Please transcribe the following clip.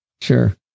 Sure